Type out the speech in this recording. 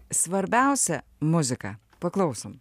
svarbiausia muzika paklausom